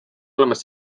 olemas